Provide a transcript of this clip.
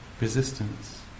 resistance